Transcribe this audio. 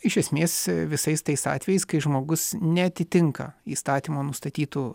iš esmės visais tais atvejais kai žmogus neatitinka įstatymo nustatytų